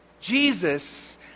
Jesus